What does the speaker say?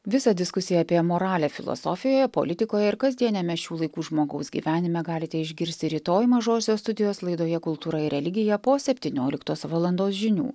visa diskusija apie moralę filosofijoje politikoje ir kasdieniame šių laikų žmogaus gyvenime galite išgirsti rytoj mažosios studijos laidoje kultūra ir religija po septynioliktos valandos žinių